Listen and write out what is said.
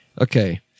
Okay